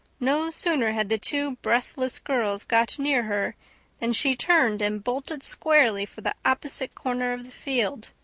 no sooner had the two breathless girls got near her than she turned and bolted squarely for the opposite corner of the field.